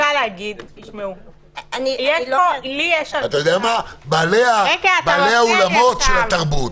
לי יש הרגשה --- בעלי האולמות של התרבות.